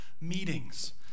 meetings